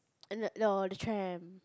err no the tram